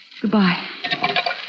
Goodbye